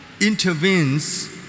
intervenes